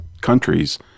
countries